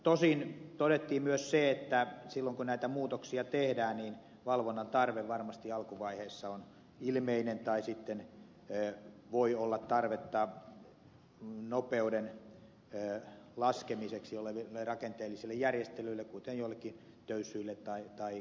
tosin todettiin myös se että silloin kun näitä muutoksia tehdään valvonnan tarve varmasti alkuvaiheessa on ilmeinen tai sitten voi nopeuden laskemiseksi olla tarvetta rakenteellisille järjestelyille kuten joillekin töyssyille tai kavennuksille